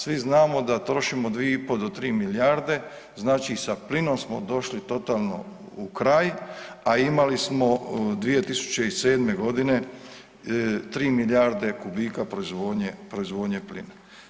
Svi znamo da trošimo 2,5 do 3 milijarde, znači i sa plinom smo došli totalno u kraj, a imali smo 2007. g. 3 milijarde kubika proizvodnje plina.